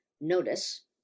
notice